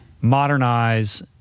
modernize